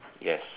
yes